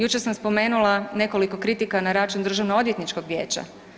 Jučer sam spomenula nekoliko kritika na račun Državno odvjetničkog vijeća.